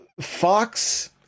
Fox